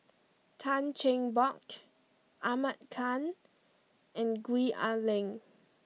Tan Cheng Bock Ahmad Khan and Gwee Ah Leng